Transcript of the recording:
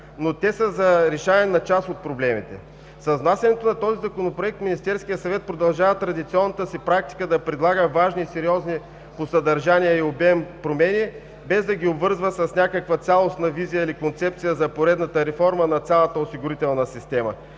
но те са за решаване на част от проблемите. С внасянето на този Законопроект Министерският съвет продължава традиционната си практика да предлага важни и сериозни по съдържание и обем промени, без да ги обвързва с някаква цялостна визия или концепция за поредната реформа на цялата осигурителна система,